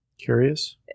Curious